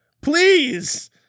please